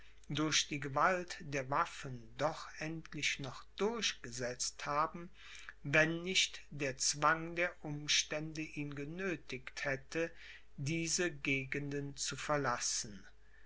durch die gewalt der waffen doch endlich noch durchgesetzt haben wenn nicht der zwang der umstände ihn genöthigt hätte diese gegenden zu verlassen